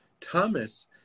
Thomas